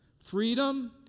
Freedom